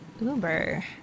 Uber